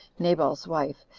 nabal's wife,